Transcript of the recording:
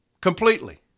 completely